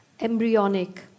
embryonic